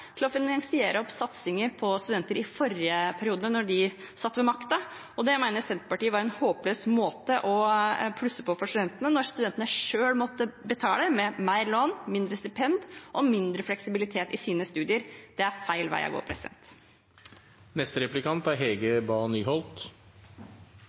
satt ved makten. Det mener Senterpartiet var en håpløs måte å plusse på for studentene, når studentene selv måtte betale med mer lån, mindre stipend og mindre fleksibilitet i sine studier. Det er feil vei å gå. Den høyskolen jeg gikk på, finnes ikke lenger. Den er